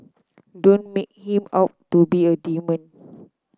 don't make him out to be a demon